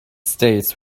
states